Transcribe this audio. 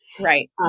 Right